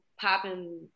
popping